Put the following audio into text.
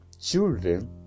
children